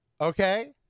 okay